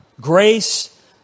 grace